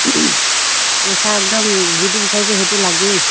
পইচা একদম যিটো বিচাৰিছে সেইটো লাগেই